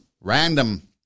random